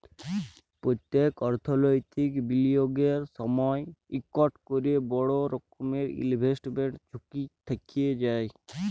প্যত্তেক অথ্থলৈতিক বিলিয়গের সময়ই ইকট ক্যরে বড় রকমের ইলভেস্টমেল্ট ঝুঁকি থ্যাইকে যায়